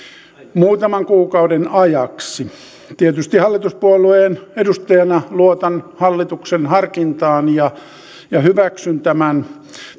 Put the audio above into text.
muutaman kuukauden ajaksi tietysti hallituspuolueen edustajana luotan hallituksen harkintaan ja ja hyväksyn tämän